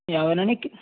ఎవరిని ఎక్కిం